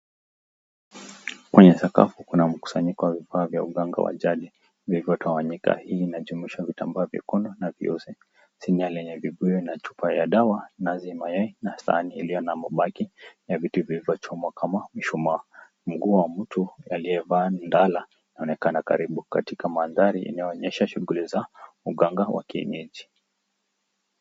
Kwenye sakafu kuna mkusanyiko wa vifaa vya uganga wa jadi vilivyotawanyika. Hii inajumuisha vitambaa vikono na viozi, sinia lenye vibuyu na chupa ya dawa, nazi, mayai na sahani iliyo na mabaki ya vitu vilivyochomwa kama mishumaa. Mguu wa mtu aliyevaa ndala unaonekana karibu katika mandhari inayoonyesha shughuli za uganga wa kienyeji.